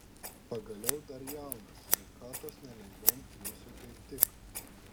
pagaliau dar jaunas sveikatos nelengvam triūsui kaip tik